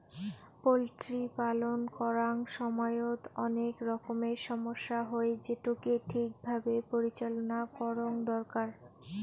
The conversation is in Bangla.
পোল্ট্রি পালন করাং সমইত অনেক রকমের সমস্যা হই, যেটোকে ঠিক ভাবে পরিচালনা করঙ দরকার